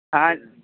ہاں